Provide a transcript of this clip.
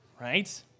right